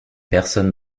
personne